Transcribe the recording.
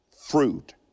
fruit